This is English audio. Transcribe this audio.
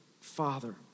Father